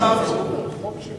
נרשם